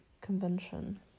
convention